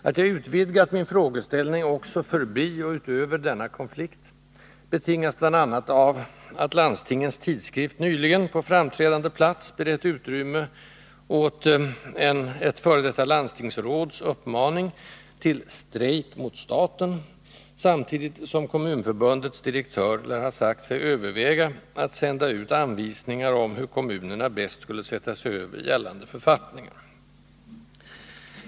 Att jag utvidgat min frågeställning också förbi och utöver denna konflikt betingas bl.a. av att Landstingens Tidskrift nyligen på framträdande plats berett utrymme åt ett f.d. landstingsråds uppmaning till ”strejk mot staten”, samtidigt som Kommunförbundets direktör lär ha sagt sig överväga att sända ut anvisningar om hur kommunerna bäst skulle sätta sig över gällande författningar.